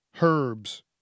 Herbs